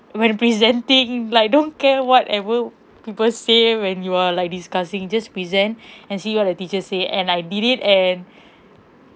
when presenting like don't care whatever people say when you are like discussing just present and see what the teacher say and I did it and